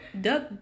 duck